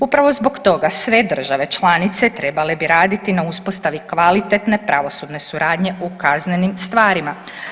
Upravo zbog toga sve države članice trebale bi raditi na uspostavi kvalitetne pravosudne suradnje u kaznenim stvarima.